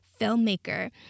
filmmaker